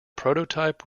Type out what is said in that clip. prototype